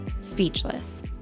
speechless